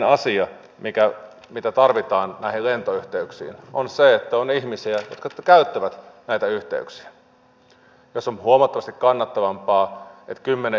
pyrkimyksenä jokaisella puolueella ja hallituksella tulisi olla se että eduskunnan käsittelyyn saapuvat lait ovat huolella valmisteltuja ja ne pohjaavat oikeaan ja perusteltuun tietoon